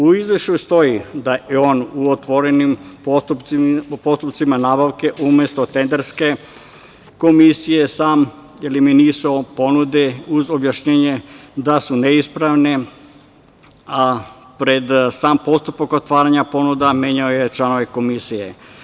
U izveštaju stoji da je on u otvorenim postupcima nabavke umesto tenderske komisije sam eliminisao ponude uz objašnjenje da su neispravne, a pred sam postupak otvaranja ponuda, menjao je članove komisije.